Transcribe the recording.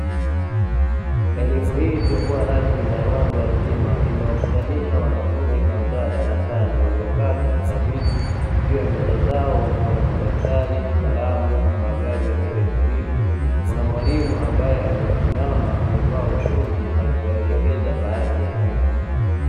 Elimu hii isiyokuwa rasmi na ya watu wazima, imewakutanisha wanafunzi kadhaa darasani waliokaa katika viti juu ya meza zao; wana madaftari, kalamu, vifaa vyao vya kielektroniki; kuna mwalimu ambaye amesimama amevaa ushungi akiwaelekeza baadhi ya vitu.